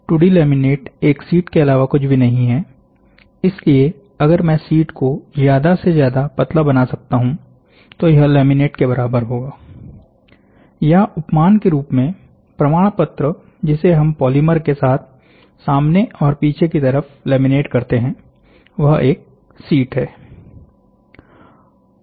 2 D laminate एक sheet के अलावा कुछ भी नहीं हैइसलिए अगर मैं शीट को ज्यादा से ज्यादा पतला बना सकता हूं तो यह लैमिनेट के बराबर होगा या उपमान के रूप में प्रमाण पत्र जिसे हम पॉलीमर के साथ सामने और पीछे की तरफ लैमिनेट करते हैं वह एक शीट है